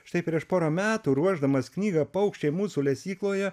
štai prieš porą metų ruošdamas knygą paukščiai mūsų lesykloje